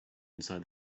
inside